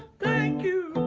thank you,